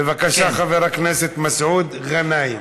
בבקשה, חברת הכנסת מסעוד גנאים.